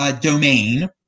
domain